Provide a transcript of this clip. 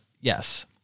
Yes